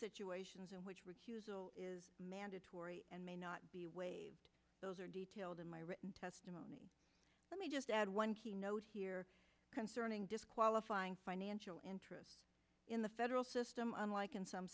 situations in which one is mandatory and may not be waived those are detailed in my written testimony let me just add one key note here concerning disqualifying financial interest in the federal system unlike in some